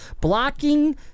blocking